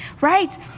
Right